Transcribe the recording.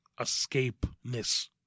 escapeness